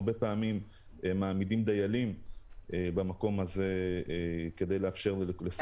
הרבה פעמים אנחנו מעמידים דיילים כדי לסייע ללקוחות שנדרשים לזה.